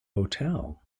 hotel